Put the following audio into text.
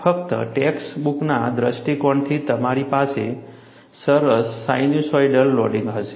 ફક્ત ટેક્સ્ટ બુકના દૃષ્ટિકોણથી તમારી પાસે સરસ સાઇનસોઇડલ લોડિંગ હશે